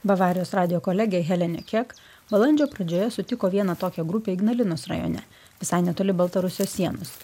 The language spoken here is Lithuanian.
bavarijos radijo kolegė helene kek balandžio pradžioje sutiko vieną tokią grupę ignalinos rajone visai netoli baltarusijos sienos